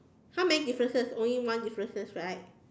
how many differences only one differences right